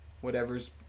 whatever's